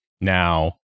Now